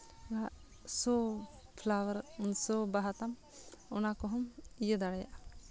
ᱥᱚ ᱯᱞᱟᱣᱟᱨ ᱥᱚ ᱵᱟᱦᱟ ᱛᱟᱢ ᱚᱱᱟ ᱠᱚᱦᱚᱸ ᱤᱭᱟᱹ ᱫᱟᱲᱮᱭᱟᱜᱼᱟ